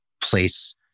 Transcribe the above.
place